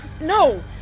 no